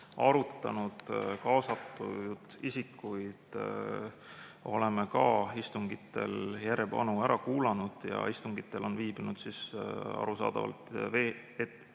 arutanud. Kaasatud isikuid oleme ka istungitel järjepanu ära kuulanud ja istungitel on viibinud arusaadavalt Eesti